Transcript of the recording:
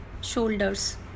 shoulders